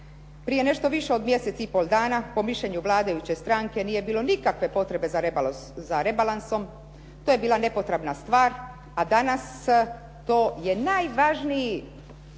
Prije nešto više od mjesec i pol dana, po mišljenju vladajuće stranke nije bilo nikakve potrebe za rebalansom. To je bila nepotrebna stvar, a danas to je najvažniji